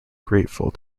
grateful